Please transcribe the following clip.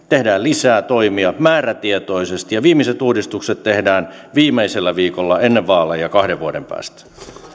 tehdään lisää toimia määrätietoisesti ja viimeiset uudistukset tehdään viimeisellä viikolla ennen vaaleja kahden vuoden päästä